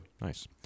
Nice